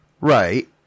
Right